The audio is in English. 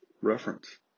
reference